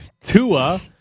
Tua